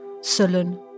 sullen